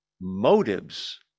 motives